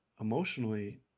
emotionally